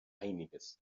einiges